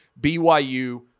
BYU